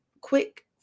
quick